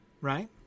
right